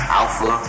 alpha